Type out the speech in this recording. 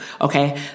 Okay